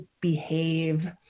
behave